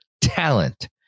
talent